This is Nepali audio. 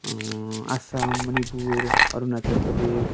असम मणिपुर अरुणाचल प्रदेश